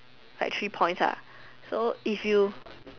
like three points ah so if you